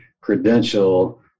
credential